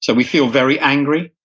so we feel very angry,